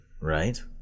right